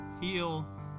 heal